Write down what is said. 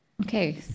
Okay